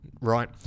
right